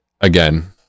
Again